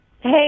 Hey